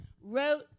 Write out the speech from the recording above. wrote